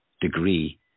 degree